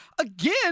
again